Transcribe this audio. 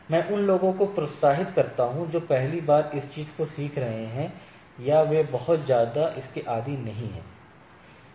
मैं उन लोगों को प्रोत्साहित करता हूं जो पहली बार इस चीज को सीख रहे हैं या वे बहुत ज्यादा इसके आदी नहीं हैं